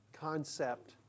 concept